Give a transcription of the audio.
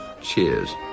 Cheers